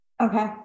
Okay